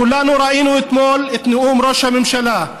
כולנו ראינו אתמול את נאום ראש הממשלה,